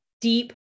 deep